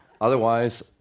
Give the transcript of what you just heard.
Otherwise